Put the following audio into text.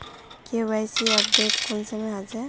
KYC update कुंसम होचे?